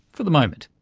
for the moment.